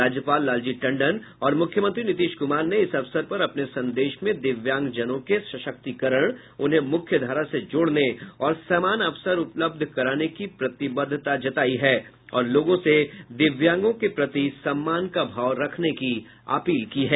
राज्यपाल लालजी टंडन और मुख्यमंत्री नीतीश कुमार ने इस अवसर पर अपने संदेश में दिव्यांग जनों के सशक्तिकरण उन्हें मुख्यधारा से जोड़ने और समान अवसर उपलब्ध कराने की प्रतिबद्धता जतायी है और लोगों से दिव्यांग के प्रति सम्मान का भाव रखने की अपील की है